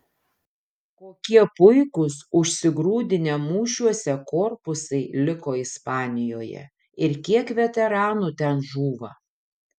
kokie puikūs užsigrūdinę mūšiuose korpusai liko ispanijoje ir kiek veteranų ten žūva